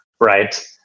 Right